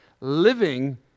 living